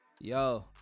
Yo